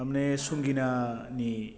थारमाने संगिनानि